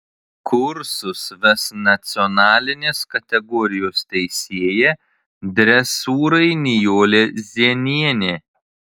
kursus ves nacionalinės kategorijos teisėja dresūrai nijolė zienienė